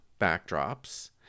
backdrops